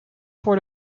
voor